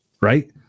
right